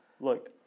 Look